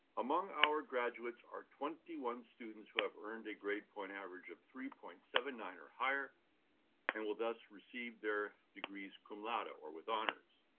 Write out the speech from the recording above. among our graduates are twenty one students who have earned a grade point average of three point seven nine or higher and will, thus, receive their degrees cum laude, but or with honors.